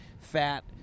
fat